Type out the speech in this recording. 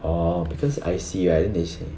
orh because I see right then they say